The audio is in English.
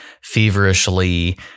feverishly